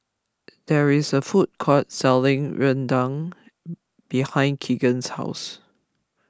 there is a food court selling Rendang behind Keegan's house